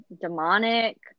demonic